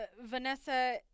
Vanessa